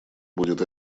будет